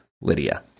Lydia